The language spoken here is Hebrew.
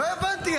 לא הבנתי.